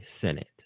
Senate